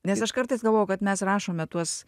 nes aš kartais galvoju kad mes rašome tuos